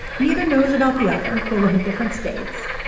neither knows about the other. they live in different states.